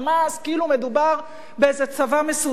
כאילו מדובר באיזה צבא מסודר.